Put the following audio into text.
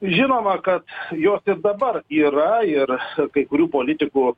žinoma kad jos ir dabar yra ir kai kurių politikų